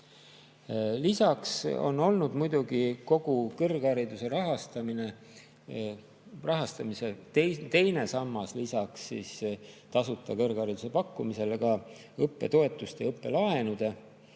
on olnud muidugi kogu kõrghariduse rahastamise teine sammas, lisaks tasuta kõrghariduse pakkumisele, ka õppetoetuste ja õppelaenude